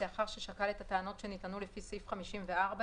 לאחר ששקל את הטענות שנטענו לפי סעיף 54,